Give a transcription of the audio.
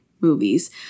movies